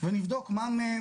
ונבדוק מה מהם